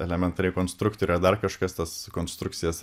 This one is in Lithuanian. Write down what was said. elementariai konstruktorė ir dar kažkas tas konstrukcijas